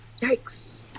Yikes